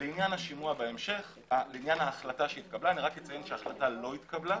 ההחלטה לא התקבלה.